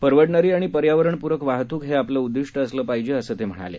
परवडणारी आणि पर्यावरणपूरक वाहतूक हे आपले उद्दिष्ट्य असलं पाहिजे असं ते म्हणाले